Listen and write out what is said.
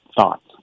thoughts